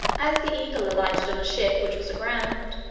as the eagle alighted on a ship which was aground,